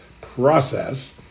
process